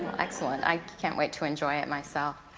excellent, i can't wait to enjoy it myself.